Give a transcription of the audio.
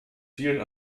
vielen